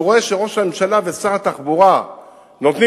כשהוא רואה שראש הממשלה ושר התחבורה נותנים